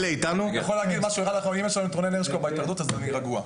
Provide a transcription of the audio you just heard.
אם רונן הרשקו נמצא בהתאחדות אז אני רגוע.